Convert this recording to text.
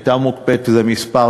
הייתה מוקפאת זה כמה שנים,